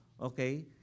okay